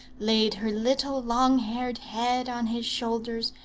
laid her little long-haired head on his shoulders,